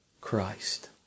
Christ